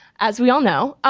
as we all know,